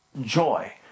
Joy